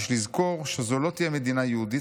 יש לזכור שזו לא תהיה מדינה יהודית,